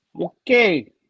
Okay